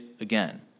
again